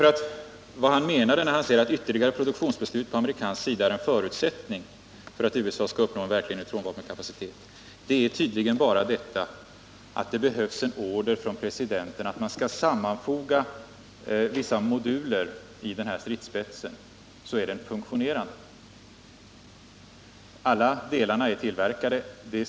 Vad utrikesministern menar, när han säger att ”ytterligare produktionsbeslut på amerikansk sida är en förutsättning för att USA skall uppnå en verklig neutronvapenkapacitet” är tydligen bara detta, att det behövs en order från presidenten att man skall sammanfoga vissa moduler i denna stridsspets för att den skall vara funktionerande. Alla delar är tillverkade.